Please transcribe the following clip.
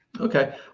Okay